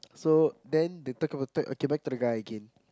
so then they talk about to okay back to the guy again